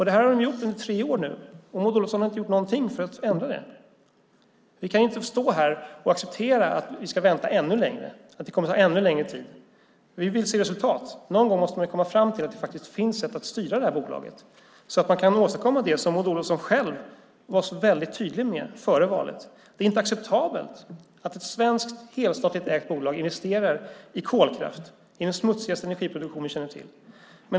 Det har det gjort nu under tre år, och Maud Olofsson har inte gjort någonting för att ändra det. Vi kan inte stå här och acceptera att vi ska vänta ännu längre och det kommer att ta ännu längre tid. Vi vill se resultat. Någon gång måste man komma fram till att det finns sätt att styra bolaget så att man kan åstadkomma det som Maud Olofsson var så väldigt tydlig med före valet. Det är inte acceptabelt att ett helstatligt svenskt bolag investerar i kolkraft, den smutsigaste energiproduktion vi känner till.